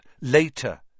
later